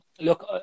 Look